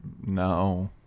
No